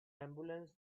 ambulance